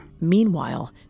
Meanwhile